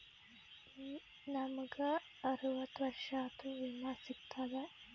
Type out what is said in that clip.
ನಮ್ ಗ ಅರವತ್ತ ವರ್ಷಾತು ವಿಮಾ ಸಿಗ್ತದಾ?